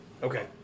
Okay